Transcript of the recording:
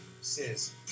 says